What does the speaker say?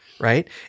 right